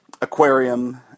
aquarium